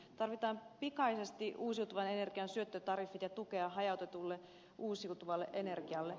tarvitaan pikaisesti uusiutuvan energian syöttötariffit ja tukea hajautetulle uusiutuvalle energialle